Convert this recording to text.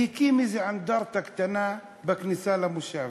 והוא הקים איזו אנדרטה קטנה בכניסה למושב.